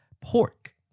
pork